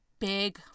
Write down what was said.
Big